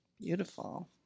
Beautiful